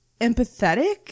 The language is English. empathetic